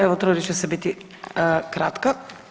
Evo trudit ću se biti kratka.